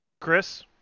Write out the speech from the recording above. Chris